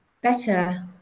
Better